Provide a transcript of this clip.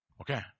Okay